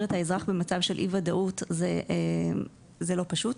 את האזרח במצב של אי ודאות זה לא פשוט.